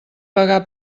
pagar